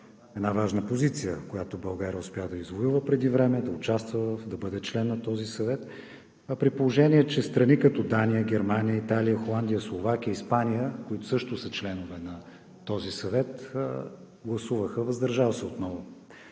– важна позиция, която България успя да извоюва преди време, да участва, да бъде член на този съвет, при положение че страни като Дания, Германия, Италия, Холандия, Словакия, Испания, които също са членове на този съвет, гласуваха отново